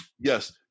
Yes